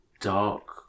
dark